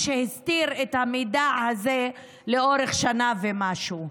שהסתיר את המידע הזה לאורך שנה ומשהו.